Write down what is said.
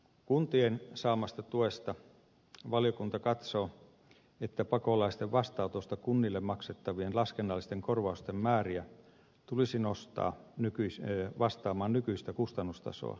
kuntien saamasta tuesta valiokunta katsoo että pakolaisten vastaanotosta kunnille maksettavien laskennallisten korvausten määriä tulisi nostaa vastaamaan nykyistä kustannustasoa